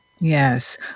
Yes